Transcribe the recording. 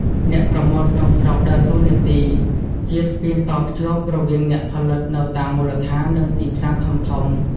អ្នកប្រមូលក្នុងស្រុកដើរតួនាទីជា ស្ពានតភ្ជាប់ រវាងអ្នកផលិតនៅតាមមូលដ្ឋាន និងទីផ្សារធំៗ។